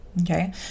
Okay